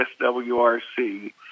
SWRC